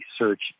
search